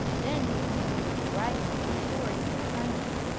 then he pointed to the dragon with his sword, and was silent.